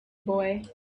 boy